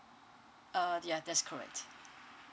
uh ya that's correct